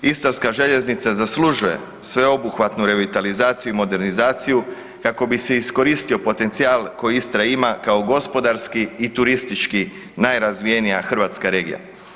Istarska željeznica zaslužuje sveobuhvatnu revitalizaciju i modernizaciju kako bi se iskoristio potencijal koji Istra ima kao gospodarski i turistički najrazvijenija hrvatska regija.